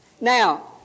Now